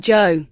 Joe